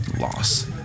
loss